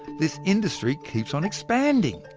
this industry keeps on expanding.